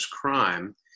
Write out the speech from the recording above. crime